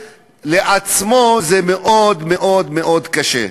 ולעצמו זה מאוד מאוד מאוד קשה.